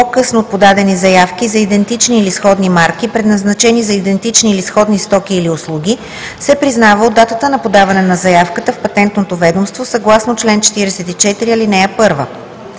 по-късно подадени заявки за идентични или сходни марки, предназначени за идентични или сходни стоки или услуги, се признава от датата на подаване на заявката в Патентното ведомство съгласно чл. 44, ал. 1.